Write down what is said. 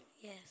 Yes